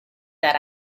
that